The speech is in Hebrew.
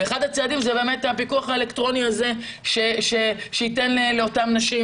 אחד הצעדים הוא באמת הפיקוח האלקטרוני הזה שייתן לאותן נשים